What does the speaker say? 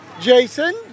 Jason